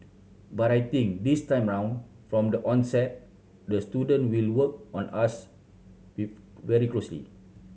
but I think this time around from the onset the student will work on us with very closely